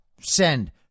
send